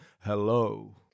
hello